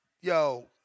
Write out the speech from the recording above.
Yo